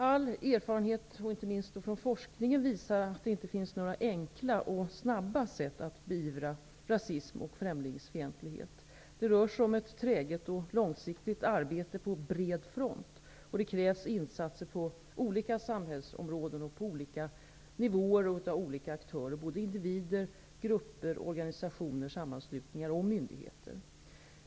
All erfarenhet, inte minst från forskningen, visar att det inte finns några enkla och snabba sätt att beivra rasism och främlingsfientlighet. Det rör sig om ett träget och långsiktigt arbete på bred front, och det krävs insatser på olika samhällsområden, på olika nivåer och av olika aktörer: individer, grupper, organisationer, sammanslutningar och myndigheter.